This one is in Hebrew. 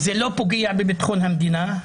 זה לא פוגע בביטחון המדינה,